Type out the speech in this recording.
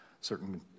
certain